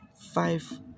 five